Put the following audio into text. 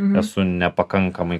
esu nepakankamai